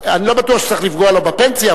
אני לא בטוח שצריך לפגוע לו בפנסיה,